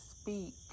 speak